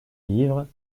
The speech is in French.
livres